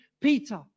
Peter